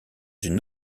une